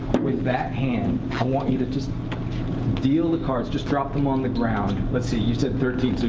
with that hand, i want you to just deal the cards. just drop them on the ground. let's see. you said thirteen.